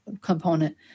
component